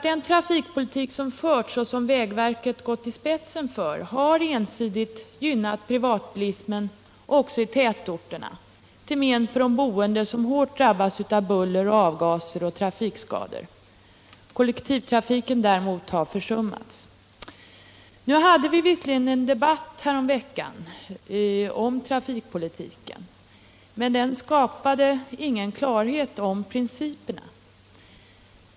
Den trafikpolitik som förts och som vägverket gått i spetsen för har entydigt gynnat privatbilismen också i tätorterna, till men för de boende, som drabbats hårt av buller, avgaser och trafikskador. Kollektivtrafiken har däremot försummats. Vi hade visserligen häromveckan en debatt om trafikpolitiken, men den skapade ingen klarhet om principerna.